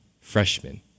freshmen